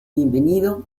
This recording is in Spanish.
bienvenido